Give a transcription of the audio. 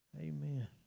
Amen